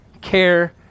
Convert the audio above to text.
Care